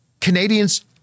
Canadians